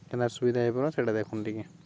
କେନ୍ତା ସୁବିଧା ଏ କର ସେଇଟା ଦେଖୁନ୍ ଟିକେ